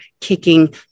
kicking